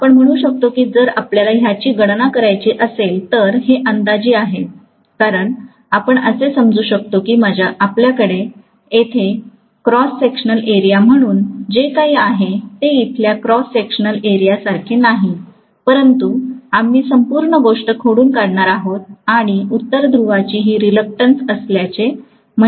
आपण म्हणू शकतो की जर आपल्याला ह्याची गणना करायचा असेल तर हे अंदाजे आहे कारण आपण असे समजू शकतो की आपल्याकडे येथे क्रॉस सेक्शनल एरिया म्हणून जे काही आहे ते इथल्या क्रॉस सेक्शनल एरियासारखे होणार नाही परंतु आम्ही संपूर्ण गोष्ट खोडून काढणार् आहोत आणि उत्तर ध्रुवाची ही रिलक्टंस असल्याचे म्हटले आहे